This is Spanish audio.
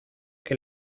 que